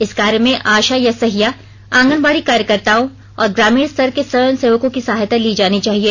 इस कार्य में आशा या सहिया आंगनवाड़ी कार्यकर्ताओं और ग्रामीण स्तर के स्वयंसेवकों की सहायता ली जानी चाहिए